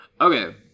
Okay